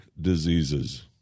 diseases